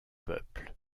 peuple